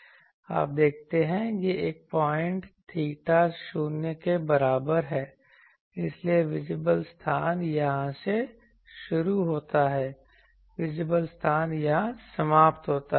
आप देखते हैं यह एक पॉइंट थीटा शून्य के बराबर है इसलिए विजिबल स्थान यहां से शुरू होता है विजिबल स्थान यहां समाप्त होता है